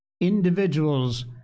Individuals